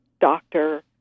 doctor